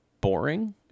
boring